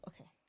Okay